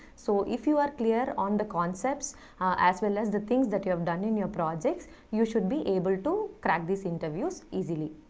so if you are clear on your concepts as well as the things that you have done on your projects you should be able to crack these interviews easily.